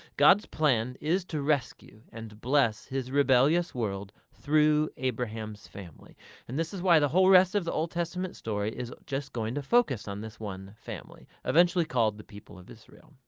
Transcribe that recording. god's plan is to rescue and bless his rebellious world through abraham's family and this is why the whole rest of the old testament story is just going to focus on this one family, eventually called the people of israel.